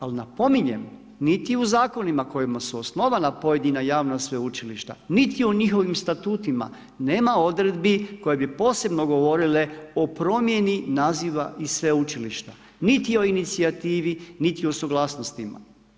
Ali napominjem, niti u zakonima kojim su osnovana pojedina javna sveučilišta, niti u njihovim statutima nema odredbi koje bi posebno govorile o promjeni naziva i sveučilišta, niti o inicijativi, niti o suglasnostima.